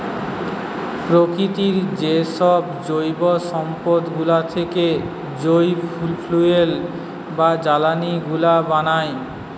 প্রকৃতির যেসব জৈব সম্পদ গুলা থেকে যই ফুয়েল বা জ্বালানি গুলা বানায়